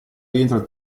rientra